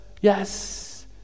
Yes